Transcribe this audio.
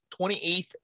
28th